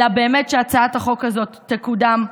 אלא באמת שהצעת החוק הזאת תקודם.